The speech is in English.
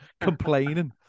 complaining